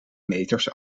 meters